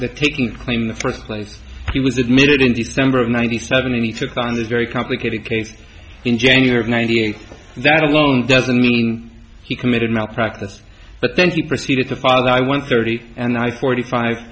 the taking claim in the first place he was admitted in december of ninety seven and he took on this very complicated case in january of ninety eight that alone doesn't mean he committed malpractise but then he proceeded to file the i one thirty and i forty five